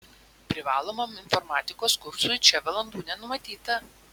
privalomam informatikos kursui čia valandų nenumatyta